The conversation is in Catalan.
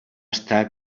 estar